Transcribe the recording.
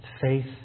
faith